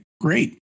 great